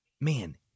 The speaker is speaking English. man